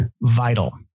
vital